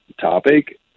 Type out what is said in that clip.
topic